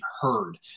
heard